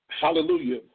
hallelujah